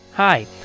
Hi